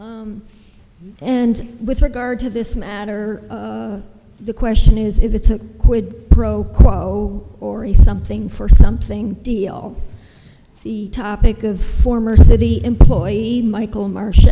h and with regard to this matter the question is if it's a quid pro quo or a something for something deal the topic of former city employee michael mar